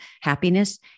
happiness